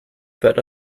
fed